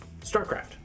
StarCraft